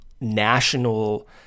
national